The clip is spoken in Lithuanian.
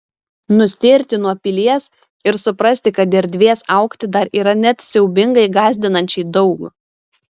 nustėrti nuo pilies ir suprasti kad erdvės augti dar yra net siaubingai gąsdinančiai daug